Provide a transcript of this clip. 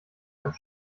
einem